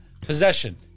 Possession